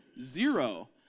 zero